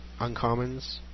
uncommons